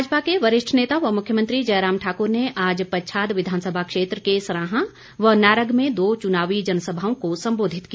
भाजपा के वरिष्ठ नेता व मुख्यमंत्री जयराम ठाकुर ने आज पच्छाद विधानसभा क्षेत्र के सराहां व नारग में दो चुनावी जनसभाओं को सम्बोधित किया